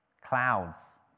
Clouds